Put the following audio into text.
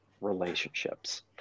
relationships